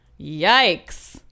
Yikes